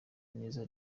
neza